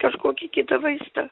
kažkokį kitą vaistą